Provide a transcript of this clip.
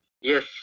Yes